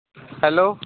hello